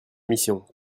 mission